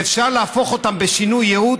ואפשר להפוך אותם בשינוי ייעוד,